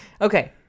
Okay